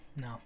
No